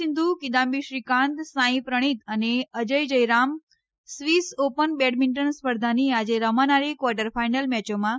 સિંધુ કીદામ્બી શ્રીકાંત સાંઇ પ્રણીત અને Ajay Jayaram Swiss open badminton સ્પર્ધાની આજે રમાનારી ક્વાર્ટર ફાઈનલ મેચોમાં રમશે